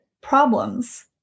problems